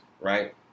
right